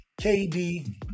KD